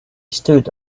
stood